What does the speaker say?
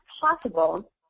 possible